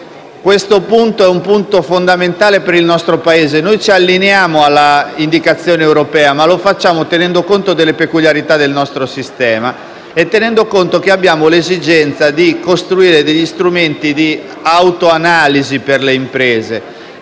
Questo è un punto fondamentale per il nostro Paese. Noi ci allineiamo all'indicazione europea, ma lo facciamo tenendo conto delle peculiarità del nostro sistema e dell'esigenza di costruire strumenti di autoanalisi per le imprese